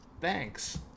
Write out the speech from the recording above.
Thanks